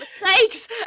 mistakes